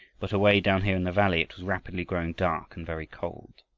but away down here in the valley it was rapidly growing dark and very cold.